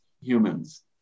humans